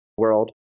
world